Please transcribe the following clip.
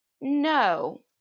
no